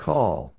Call